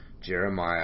Jeremiah